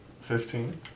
Fifteen